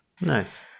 Nice